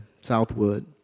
Southwood